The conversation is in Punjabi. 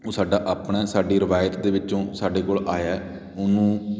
ਉਹ ਸਾਡਾ ਆਪਣਾ ਸਾਡੀ ਰਵਾਇਤ ਦੇ ਵਿੱਚੋਂ ਸਾਡੇ ਕੋਲ ਆਇਆ ਉਹਨੂੰ